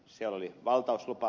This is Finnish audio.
siellä oli valtauslupa